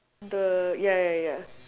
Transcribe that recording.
the ya ya ya